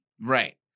Right